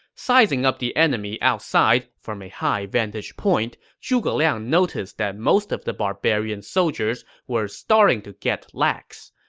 sizing up the enemy outside from a high vantage point, zhuge liang noticed that most of the barbarian soldiers were starting to get lax.